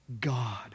God